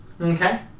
Okay